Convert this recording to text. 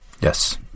Yes